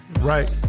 Right